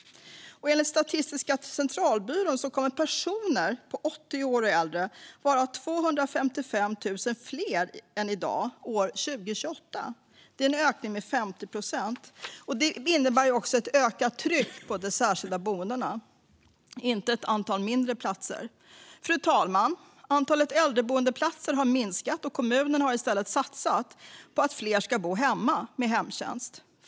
Enligt Statistiska centralbyrån kommer personer på 80 år och äldre att vara 255 000 fler år 2028 än i dag. Det är en ökning med 50 procent. Det innebär också ett ökat tryck på de särskilda boendena, inte ett mindre antal platser. Fru talman! Antalet äldreboendeplatser har minskat. Kommunerna har i stället satsat på att fler ska bo hemma och ha hemtjänst.